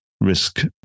risk